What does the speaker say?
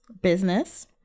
business